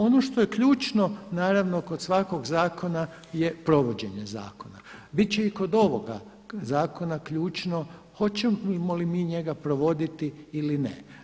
Ono što je ključno naravno kod svakog zakona je provođenje zakona, bit će i kod ovoga zakona ključno hoćemo li mi njega provoditi ili ne.